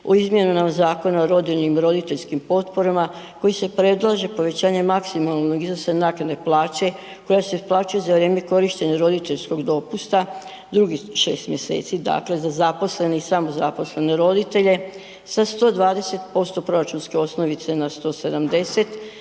o izmjenama Zakona o rodiljnim i roditeljskim potporama kojim se predlaže povećanje maksimalnog iznosa naknade plaće koja se isplaćuje za vrijeme korištenja roditeljskog dopusta, drugih 6 mjeseci. Dakle, za zaposlene i samozaposlene roditelje sa 102% proračunske osnovice na 170,